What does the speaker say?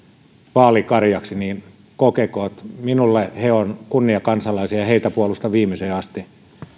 vaalikarjaksi niin kokekoon minulle he ovat kunniakansalaisia ja heitä puolustan viimeiseen